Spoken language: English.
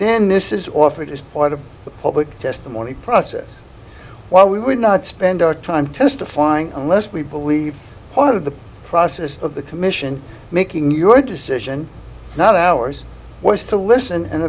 then this is offered as part of the public testimony process why we would not spend our time testifying unless we believe one of the process of the commission making your decision not ours was to listen and